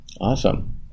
Awesome